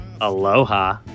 Aloha